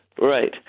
Right